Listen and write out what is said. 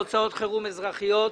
הוצאות חירום אזרחיות.